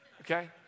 okay